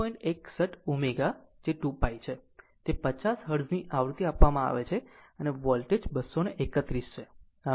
61 ω is 2 pi છે તે 50 હર્ટ્ઝની આવૃત્તિ આપવામાં આવે છે અને વોલ્ટેજ 231 છે